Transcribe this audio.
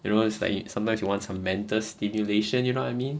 you know it's like you sometimes you want some mental stimulation you know what I mean